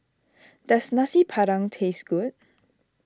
does Nasi Padang taste good